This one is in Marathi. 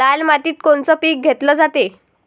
लाल मातीत कोनचं पीक घेतलं जाते?